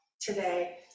today